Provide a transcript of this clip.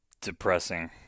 depressing